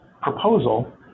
proposal